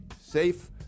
safe